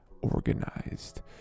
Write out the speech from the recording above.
organized